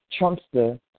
Trumpster